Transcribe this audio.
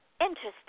Interesting